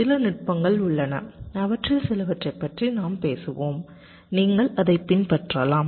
சில நுட்பங்கள் உள்ளன அவற்றில் சிலவற்றைப் பற்றி நாம் பேசுவோம் நீங்கள் அதைப் பின்பற்றலாம்